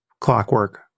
clockwork